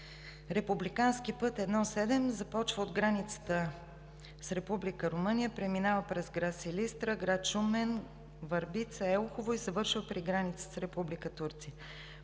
Републикански път І-7 започва от границата с Република Румъния, преминава през град Силистра, град Шумен, Върбица, Елхово и завършва при границата с Република